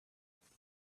course